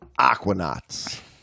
aquanauts